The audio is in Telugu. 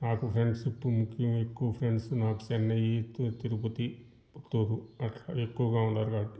నాకు ఫ్రెండ్షిప్ ముఖ్యం ఎక్కువ ఫ్రెండ్స్ నాకు చెన్నై తి తిరుపతి పుత్తూరు అక్కడ ఎక్కువగా ఉన్నారు కాబట్టి